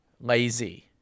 lazy